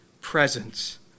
presence